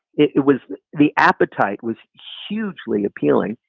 it it was the appetite was hugely appealing.